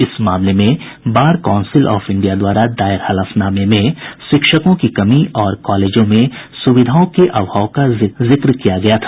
इस मामले में बार काउंसिल ऑफ इंडिया द्वारा दायर हलफनामे में शिक्षकों की कमी और कॉलेजों में सुविधाओं के अभाव का जिक्र किया गया था